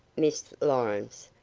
miss lawrence,